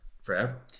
forever